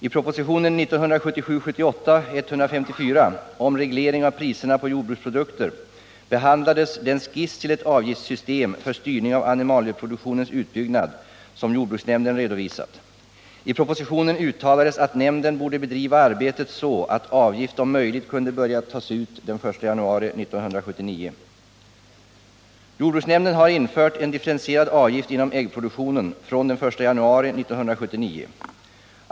I propositionen 1977/78:154 om reglering av priserna på jordbruksprodukter behandlades den skiss till ett avgiftssystem för styrning av animalieproduktionens utbyggnad som jordbruksnämnden redovisat. I propositionen uttalades att nämnden borde bedriva arbetet så, att avgift om möjligt kunde börja tas ut den 1 januari 1979. Jordbruksnämnden har infört en differentierad avgift inom äggproduktionen från den 1 januari 1979.